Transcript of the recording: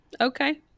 Okay